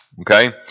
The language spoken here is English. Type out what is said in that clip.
Okay